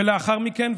ולאחר מכן,